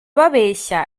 babeshya